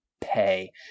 pay